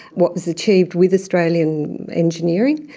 what was achieved with australian engineering,